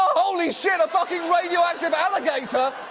ah holy shit! a fucking radioactive alligator!